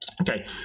Okay